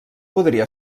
podria